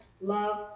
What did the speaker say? love